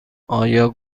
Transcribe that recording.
آیا